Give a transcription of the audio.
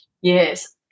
Yes